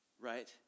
right